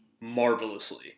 marvelously